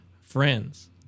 friends